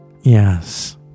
Yes